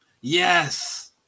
Yes